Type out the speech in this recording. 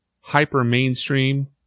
hyper-mainstream